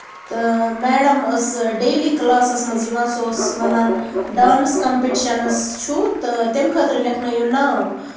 تہٕ میڈَم ٲس daily classes منٛز یِوان سۄ ٲس وَنان ڈانٔس کَمپِٹشَن حظ چھُ تہٕ تَمہِ خٲطرٕ لٮ۪کھنٲیِو ناو